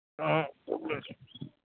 उँहुँ